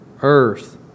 earth